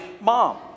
mom